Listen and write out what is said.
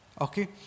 okay